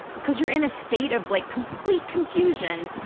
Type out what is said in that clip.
cause you're in a state of, like, complete confusion,